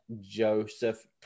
Joseph